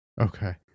Okay